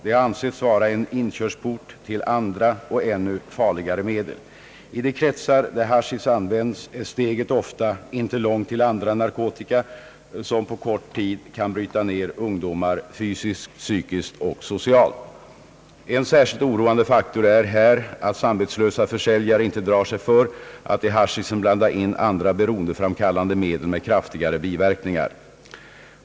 Det har ansetts vara en inkörsport till andra och ännu farligare medel. I de kretsar där haschisch används är steget ofta inte långt till andra narkotika, som på kort tid kan bryta ner ungdomar fysiskt, psykiskt och socialt. En särskilt oroande faktor är här att samvetslösa försäljare inte drar sig för att i haschischen blanda in andra beroendeframkallande medel med kraftigare verkningar.